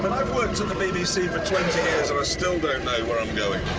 i've worked at the bbc for twenty still don't know where i'm going!